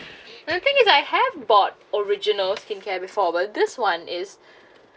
the thing is I have bought original skin care before but this one is